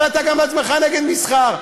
אבל גם אתה בעצמך נגד מסחר.